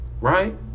Right